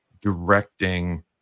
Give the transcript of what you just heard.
directing